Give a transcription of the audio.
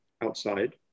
outside